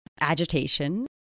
agitation